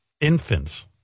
infants